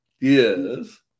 Yes